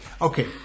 Okay